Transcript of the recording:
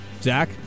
Zach